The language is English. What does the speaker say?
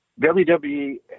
WWE